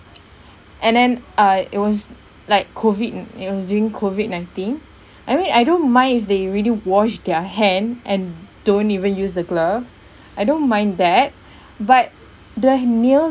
and then uh it was like COVID it was during COVID nineteen I mean I don't mind if they really wash their hand and don't even use the glove I don't mind that but the nails